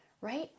right